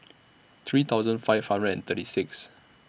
three thousand five hundred and thirty six